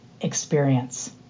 experience